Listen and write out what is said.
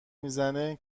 میزنه